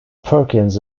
perkins